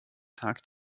tag